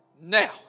now